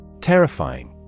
Terrifying